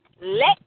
let